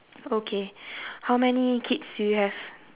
okay how many kids do you have